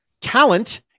Talent